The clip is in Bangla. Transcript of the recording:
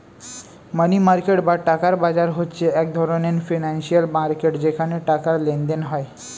মানি মার্কেট বা টাকার বাজার হচ্ছে এক ধরণের ফিনান্সিয়াল মার্কেট যেখানে টাকার লেনদেন হয়